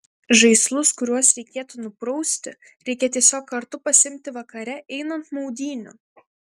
žaislus kuriuos reikėtų nuprausti reikia tiesiog kartu pasiimti vakare einant maudynių